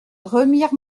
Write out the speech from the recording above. remire